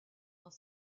dans